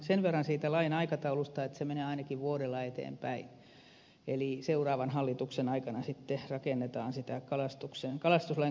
sen verran siitä lain aikataulusta että se menee ainakin vuodella eteenpäin eli seuraavan hallituksen aikana sitten rakennetaan sitä kalastuslain kokonaisuudistuksen jatkoa